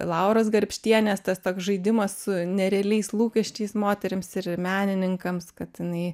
lauros garbštienės tas toks žaidimas su nerealiais lūkesčiais moterims ir menininkams kad jinai